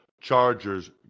Chargers